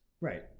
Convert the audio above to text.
Right